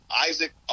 Isaac